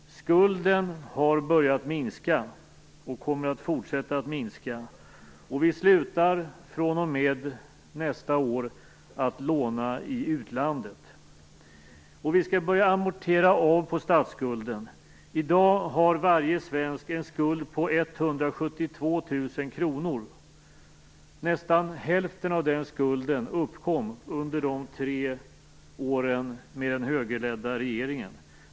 Skulden har börjat minska, och den kommer att fortsätta att minska. Vi slutar fr.o.m. nästa år att låna i utlandet, och vi skall börja amortera av på statsskulden. I dag har varje svensk en skuld på 172 000 kronor. Nästan hälften av den skulden uppkom under de tre åren med en högerledd regering.